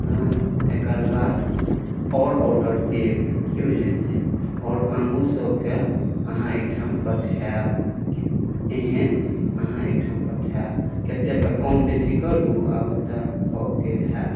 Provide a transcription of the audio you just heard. हँ एकरबाद आओर आर्डर देब की बुझलियै आओर आनोसभके अहाँ एहिठाम पठायब एहन अहाँ एहिठाम पठायब कतेक तऽ कम बेसी करू आब ओतेक भऽ गेल होयत